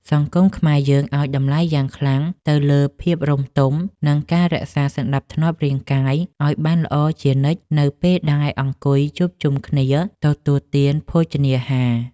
សង្គមខ្មែរយើងឱ្យតម្លៃយ៉ាងខ្លាំងទៅលើភាពរម្យទម និង ការរក្សាសណ្តាប់ធ្នាប់រាងកាយឱ្យបានល្អជានិច្ចនៅពេលដែលអង្គុយជួបជុំគ្នាទទួលទានភោជនាហារ។